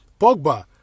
Pogba